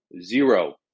zero